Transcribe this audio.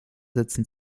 setzen